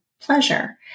Pleasure